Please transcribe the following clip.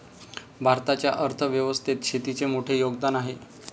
भारताच्या अर्थ व्यवस्थेत शेतीचे मोठे योगदान आहे